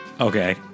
Okay